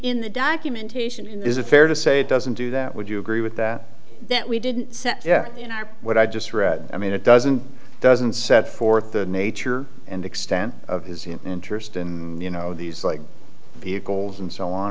in the documentation is it fair to say doesn't do that would you agree with that that we didn't set yeah you know what i just read i mean it doesn't doesn't set forth the nature and extent of his interest and you know these like vehicles and so on